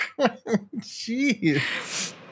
Jeez